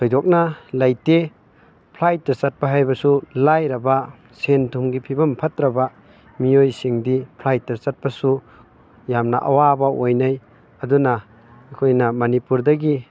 ꯊꯣꯏꯗꯣꯛꯅ ꯂꯩꯇꯦ ꯐ꯭ꯂꯥꯏꯠꯇ ꯆꯠꯄ ꯍꯥꯏꯕꯁꯨ ꯂꯥꯏꯔꯕ ꯁꯦꯟ ꯊꯨꯝꯒꯤ ꯐꯤꯕꯝ ꯐꯠꯇ꯭ꯔꯕ ꯃꯤꯑꯣꯏꯁꯤꯡꯗꯤ ꯐ꯭ꯂꯥꯏꯠꯇ ꯆꯠꯄꯁꯨ ꯌꯥꯝꯅ ꯑꯋꯥꯕ ꯑꯣꯏꯅꯩ ꯑꯗꯨꯅ ꯑꯩꯈꯣꯏꯅ ꯃꯅꯤꯄꯨꯔꯗꯒꯤ